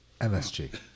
MSG